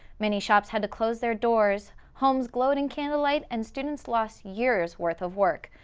many shops had to close their doors, homes glowed in candlelight, and students lost years' worth of work.